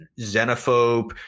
xenophobe